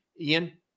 Ian